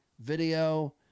video